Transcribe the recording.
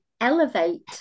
elevate